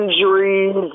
injuries